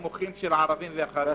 כישורים נמוכים של ערבים וחרדים.